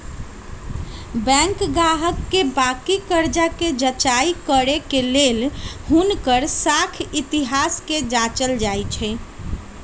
bank गाहक के बाकि कर्जा कें जचाई करे के लेल हुनकर साख इतिहास के जाचल जाइ छइ